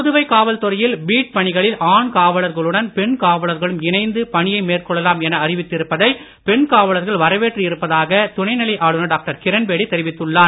புதுவை காவல் துறையில் பீட் பணிகளில் ஆண் காவலர்களுடன் பெண் காவலர்களும் இணைந்து பணியை மேற்கொள்ளலாம் என அறிவித்து இருப்பதை பெண் காவலர்கள் வரவேற்று இருப்பதாக துணைநிலை ஆளுநர் டாக்டர் கிரண்பேடி தெரிவித்துள்ளார்